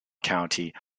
county